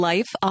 Life